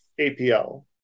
APL